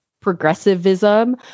progressivism